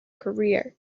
career